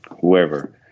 whoever